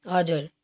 हजुर